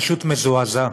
פשוט מזועזע.